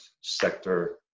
sector